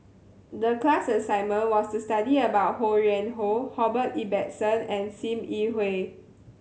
the class assignment was to study about Ho Yuen Hoe Ibbetson and Sim Yi Hui